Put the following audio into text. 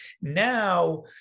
Now